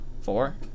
Four